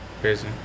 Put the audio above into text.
Crazy